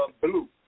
blue